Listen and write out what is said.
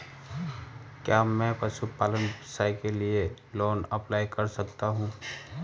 क्या मैं पशुपालन व्यवसाय के लिए लोंन अप्लाई कर सकता हूं?